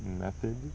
method